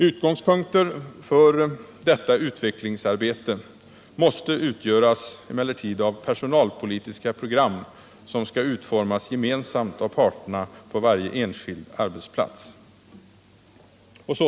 Utgångspunkter för detta utvecklingsarbete måste emellertid utgöras av personalpolitiska program, som skall utformas gemensamt av parterna på varje enskild arbetsplats.